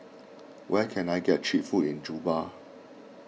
where can I get Cheap Food in Juba